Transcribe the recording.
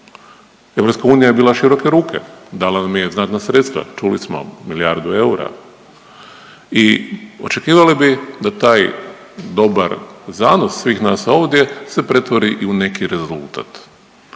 EU je bila široke ruke, dala nam je znatna sredstva, čuli smo, milijardu eura i očekivali bi da taj dobar zanos svih nas ovdje se pretvori i u neki rezultat.